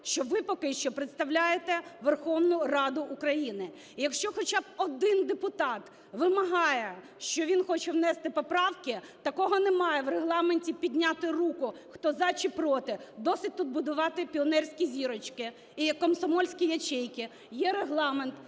що ви поки що представляєте Верховну Раду України. І якщо б один депутат вимагає, що він хоче внести поправки, такого немає в Регламенті – підняти руку, хто "за" чи "проти". Досить тут будувати піонерські зірочки і комсомольські ячейки. Є Регламент,